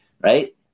right